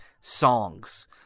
songs